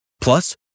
Plus